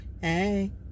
Hey